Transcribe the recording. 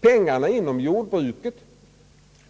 pengarna inom jordbruket.